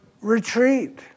retreat